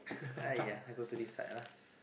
!aiya! I go to this side lah